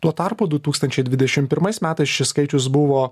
tuo tarpu du tūkstančiai divdešim pirmais metais šis skaičius buvo